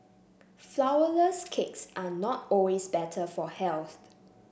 flourless cakes are not always better for health